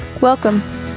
Welcome